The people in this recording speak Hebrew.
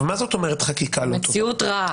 מציאות רעה.